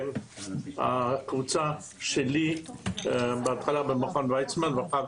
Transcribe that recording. הקבוצה שלי בהתחלה במכון ויצמן ואחר